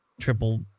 triple